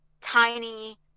tiny